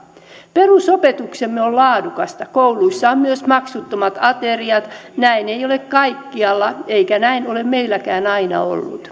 perusopetuksemme on laadukasta kouluissa on myös maksuttomat ateriat näin ei ole kaikkialla eikä näin ole meilläkään aina ollut